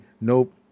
nope